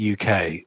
UK